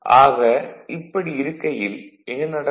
ஆக இப்படி இருக்கையில் என்ன நடக்கும்